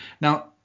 now